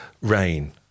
rain